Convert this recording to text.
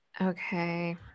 Okay